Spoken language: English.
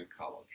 college